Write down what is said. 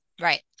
Right